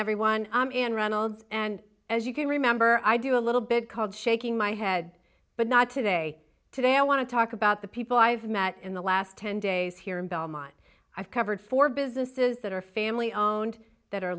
everyone i'm ann reynolds and as you can remember i do a little bit called shaking my head but not today today i want to talk about the people i've met in the last ten days here in belmont i've covered for businesses that are family owned that